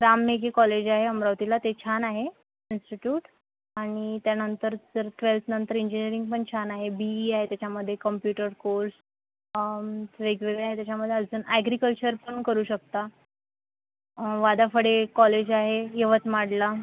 Ram Meghe college आहे अमरावतीला ते छान आहे इन्सिट्युट आणि त्यानंतर जर ट्वेल्थनंतर इंजिनियरिंग पण छान आहे बी ई आहे त्याच्यामध्ये कॉम्प्यूटर कोर्स वेगवेगळं आहे त्याच्यामध्ये अजून ॲग्रिकल्चर पण करू शकता वादाफडे कॉलेज आहे यवतमाडला